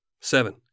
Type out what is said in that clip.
seven